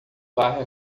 varre